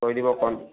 কৰি দিব কণ